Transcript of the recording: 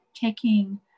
taking